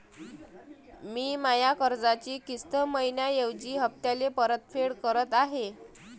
मी माया कर्जाची किस्त मइन्याऐवजी हप्त्याले परतफेड करत आहे